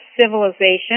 civilization